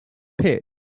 pit